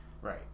right